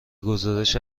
گزارش